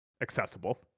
accessible